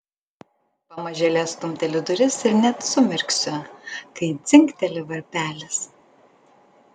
pamažėle stumteliu duris ir net sumirksiu kai dzingteli varpelis